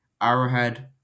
Arrowhead